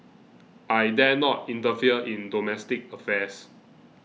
I dare not interfere in domestic affairs